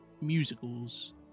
musicals